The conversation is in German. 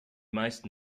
meisten